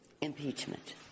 Impeachment